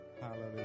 hallelujah